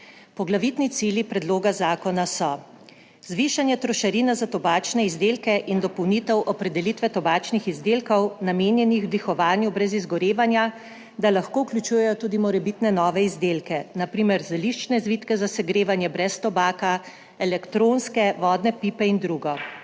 Poglavitni cilji predloga zakona so zvišanje trošarin za tobačne izdelke in dopolnitev opredelitve tobačnih izdelkov, namenjenih vdihovanju brez izgorevanja, da lahko vključujejo tudi morebitne nove izdelke, na primer zeliščne zvitke za segrevanje brez tobaka, elektronske vodne pipe in drugo.